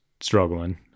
struggling